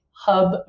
hub